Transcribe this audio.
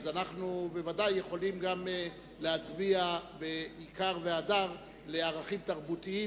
אז אנחנו ודאי יכולים להצביע ביקר והדר לערכים תרבותיים,